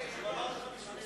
לא.